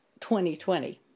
2020